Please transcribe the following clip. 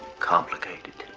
complicated.